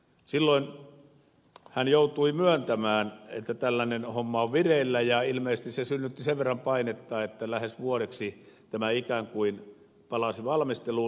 silloin hän joutui myöntämään että tällainen homma on vireillä ja ilmeisesti se synnytti sen verran painetta että lähes vuodeksi tämä ikään kuin palasi valmisteluun